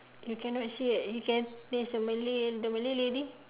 you cannot see ah you can there is a malay the malay lady